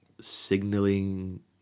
signaling